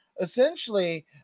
essentially